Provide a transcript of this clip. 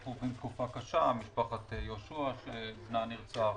אנחנו עוברים תקופה קשה, משפחת יהושע שבנה נרצח,